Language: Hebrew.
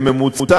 בממוצע,